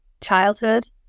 childhood